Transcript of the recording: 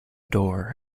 door